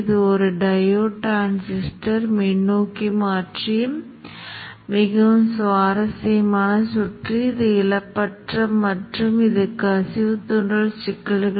ஆனால் இந்த உதவிக்குறிப்பு மாநில மதிப்புகளைத் தவிர மற்ற மாற்றங்களுக்கு நீங்கள் மீண்டும் மீண்டும் சுற்று உருவகப்படுத்துதலைச் செய்ய விரும்பும் போது இந்த தந்திரம் மிகவும் பயனுள்ளதாக இருக்கும் மேலும் இந்த பாணியில் வெளியீட்டு முடிவுகளை விரைவாக பார்க்கலாம்